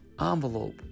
envelope